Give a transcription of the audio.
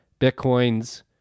Bitcoins